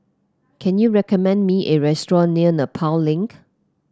can you recommend me a restaurant near Nepal Link